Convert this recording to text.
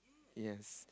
yes